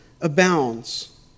abounds